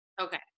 okay